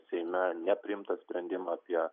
seime nepriimtą sprendimą apie